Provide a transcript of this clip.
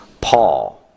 Paul